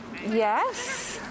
yes